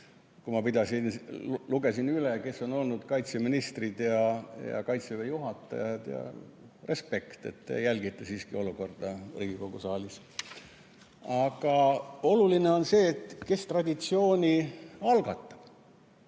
kui ma lugesin üles, kes on olnud kaitseministrid ja Kaitseväe juhatajad. Respekt – te jälgite siiski olukorda Riigikogu saalis! Aga oluline on see, kes traditsiooni algatab,